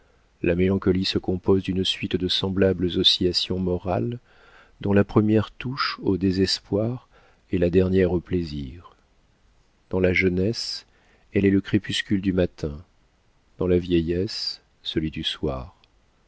la mélancolie se compose d'une suite de semblables oscillations morales dont la première touche au désespoir et la dernière au plaisir dans la jeunesse elle est le crépuscule du matin dans la vieillesse celui du soir